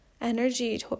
energy